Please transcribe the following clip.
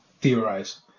theorize